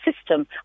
system